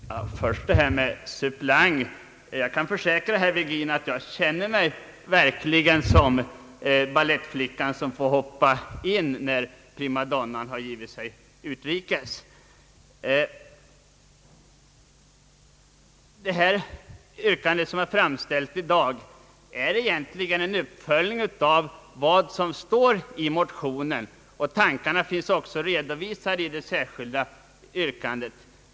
Herr talman! Först detta med suppleant. Jag kan försäkra herr Virgin att jag verkligen känner mig som balettflickan som får hoppa in, när primadonnan begivit sig utrikes. Det yrkande som jag har framställt i dag är egentligen en uppföljning av vad som står i motionen. Dessa tankar finns också redovisade i det särskilda yttrandet.